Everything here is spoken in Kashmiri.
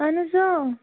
اَہَن حظ